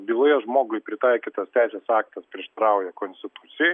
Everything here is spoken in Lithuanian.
byloje žmogui pritaikytas teisės aktas prieštarauja konstitucijai